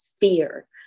fear